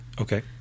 Okay